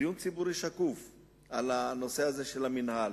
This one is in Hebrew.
דיון ציבורי שקוף בנושא של המינהל.